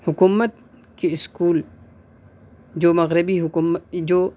حکومت کے اسکول جو مغربی حکومت جو